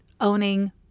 owning